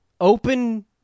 open